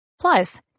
Plus